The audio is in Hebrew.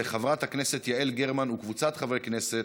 של חברת הכנסת יעל גרמן וקבוצת חברי הכנסת.